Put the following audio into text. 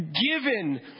given